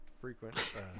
Frequent